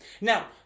Now